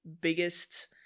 biggest